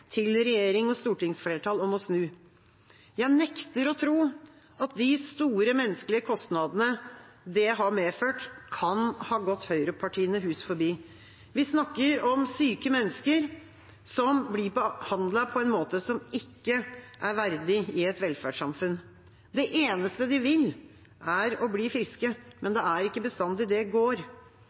til regjering og stortingsflertall om å snu. Jeg nekter å tro at de store menneskelige kostnadene det har medført, kan ha gått høyrepartiene hus forbi. Vi snakker om syke mennesker som blir behandlet på en måte som ikke er et velferdssamfunn verdig. Det eneste de vil, er å bli friske, men det er ikke bestandig det går.